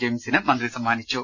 ജെയിംസിന് മന്ത്രി സമ്മാനിച്ചു